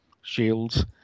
shields